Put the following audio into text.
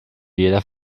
jeder